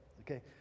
Okay